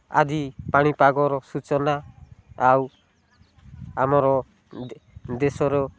ଆଦି ପାଣିପାଗର ସୂଚନା ଆଉ ଆମର ଦେଶର